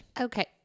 Okay